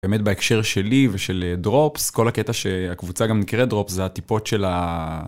באמת בהקשר שלי ושל דרופס, כל הקטע שהקבוצה גם נקרא דרופס זה הטיפות של ה...